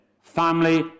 Family